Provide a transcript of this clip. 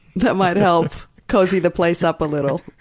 that might help cozy the place up a little.